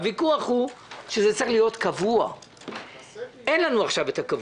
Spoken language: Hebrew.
הוויכוח הוא שזה צריך להיות קבוע ואין לנו עכשיו את הקבוע.